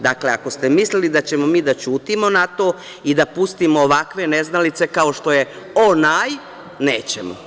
Dakle, ako ste mislili da ćemo mi da ćutimo na to i da pustimo ovakve neznalice kao što je onaj, nećemo.